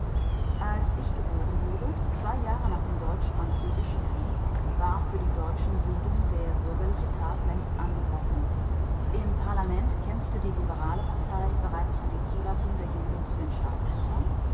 als ich geboren wurde zwei jahre nach dem deutsch-französischen krieg war für die deutschen juden der bürgerliche tag längst angebrochen im parlament kämpfte die liberale partei bereits für die zulassung der juden zu den staatsämtern